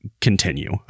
continue